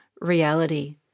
reality